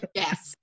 yes